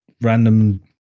random